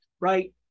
right